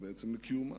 לקיומה.